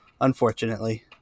unfortunately